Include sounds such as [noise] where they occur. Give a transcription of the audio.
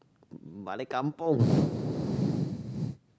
balik kampung [breath]